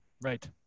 Right